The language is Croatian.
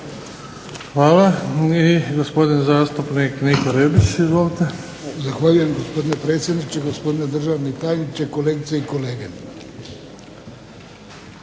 Hvala. I gospodin zastupnik Niko Rebić. Izvolite. **Rebić, Niko (HDZ)** Zahvaljujem gospodine predsjedniče, gospodine državni tajniče, kolegice i kolege.